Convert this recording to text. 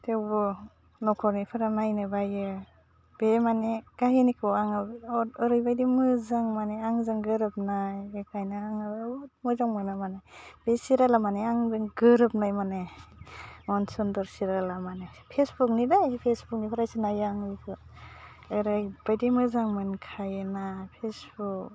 थेवबो नखरनिफोरा नायनो बायो बे माने खाहिनिखौ आङो अत ओरैबायदि मोजां माने आंजों गोरोबनाय बेखायनो आङो बुहुत मोजां मोनो माने बे सिरियाल माने आंजों गोरोबनाय माने मन सुन्दर सिरियाला माने फेसबुकनिफाय बे फेसबुकनिफ्रायसो नायो आङो इखौ ओरैबायदि मोजां मोनखायो ञना पेसखौ